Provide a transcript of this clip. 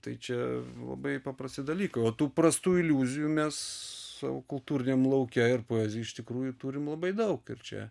tai čia labai paprasti dalykai o tų prastų iliuzijų mes savo kultūriniam lauke ir poezija iš tikrųjų turim labai daug ir čia